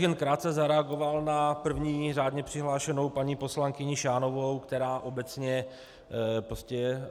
Jen krátce bych zareagoval na první řádně přihlášenou paní poslankyni Šánovou, která obecně